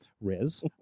Riz